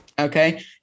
Okay